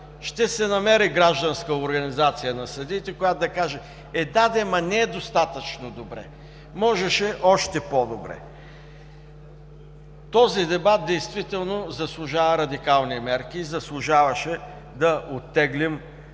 ще се намери гражданска организация на съдиите, която да каже: е, да де, но не е достатъчно добре, можеше още по-добре! Този дебат действително заслужава радикални мерки, заслужаваше да оттеглим